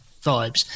vibes